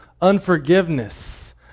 unforgiveness